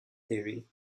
theory